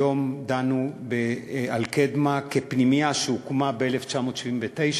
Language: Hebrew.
היום דנו על קדמה כפנימייה שהוקמה ב-1979,